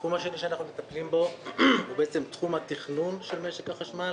התחום השני שאנחנו מטפלים בו הוא תחום התכנון של משק החשמל